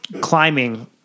climbing